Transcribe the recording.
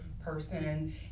person